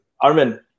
Armin